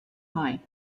time